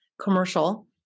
commercial